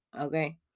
Okay